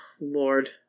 Lord